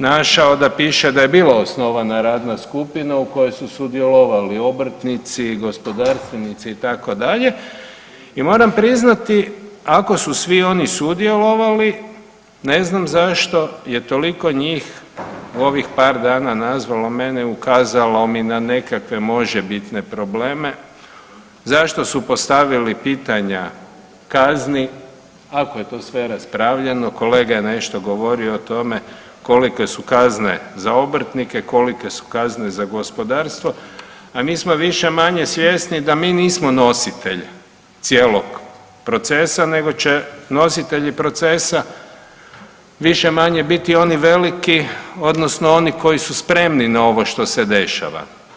našao da piše da je bila osnovana radna skupina u kojoj su sudjelovali obrtnici, gospodarstvenici, itd., i moram priznati, ako su svi oni sudjelovali, ne znam zašto je toliko njih u ovih par dana nazvalo mene i ukazalo mi na nekakve možebitne probleme, zašto su postavili pitanja kazni, ako je to sve raspravljeno, kolega je nešto govorio o tome kolike su kazne za obrtnike, kolike su kazne za gospodarstvo, a mi smo više-manje svjesni da mi nismo nositelji cijelog procesa nego će nositelji procesa više-manje biti oni veliki, odnosno oni koji su spremni na ovo što se dešava.